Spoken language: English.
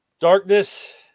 Darkness